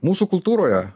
mūsų kultūroje